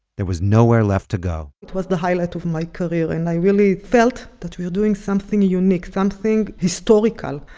there was nowhere left to go it was the highlight of my career and i really felt that we are doing something unique, something historical.